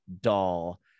doll